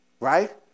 Right